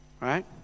Right